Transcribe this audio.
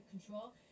control